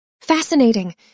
Fascinating